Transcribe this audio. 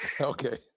Okay